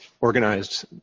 organized